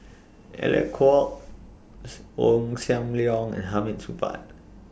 Alec Kuok's Ong SAM Leong and Hamid Supaat